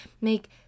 make